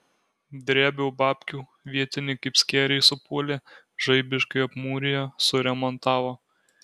drėbiau babkių vietiniai kaip skėriai supuolė žaibiškai apmūrijo suremontavo